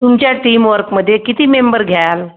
तुमच्या टीमवर्कमध्ये किती मेंबर घ्याल